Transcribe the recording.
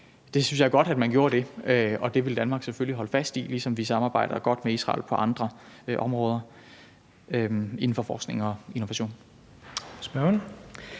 Det synes jeg er godt at man gjorde, og det vil Danmark selvfølgelig holde fast i, ligesom vi samarbejder godt med Israel på andre områder inden for forskning og innovation.